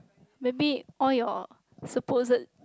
maybe all your supposed